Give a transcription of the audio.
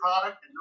product